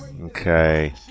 Okay